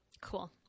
cool